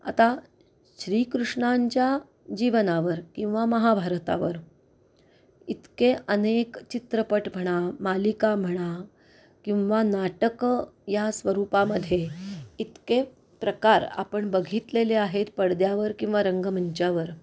आता श्रीकृष्णांच्या जीवनावर किंवा महाभारतावर इतके अनेक चित्रपट म्हणा मालिका म्हणा किंवा नाटकं या स्वरूपामध्ये इतके प्रकार आपण बघितलेले आहेत पडद्यावर किंवा रंगमंचावर